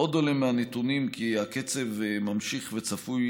עוד עולה מהנתונים כי הקצב ממשיך וצפוי